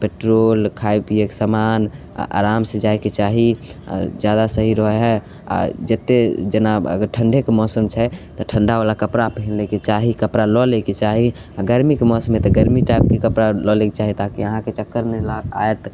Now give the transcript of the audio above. petrol खाइ पिएके समान आओर आरामसे जाइके चाही आओर जादा सही रहै हइ आओर जतेक जेना अगर ठण्डेके मौसम छै तऽ ठण्डावला कपड़ा पिन्हैके चाही कपड़ा लऽ लैके चाही आओर गरमीके मौसम हइ तऽ गरमी टाइपके कपड़ा लऽ लैके चाही ताकि अहाँके चक्कर नहि आएत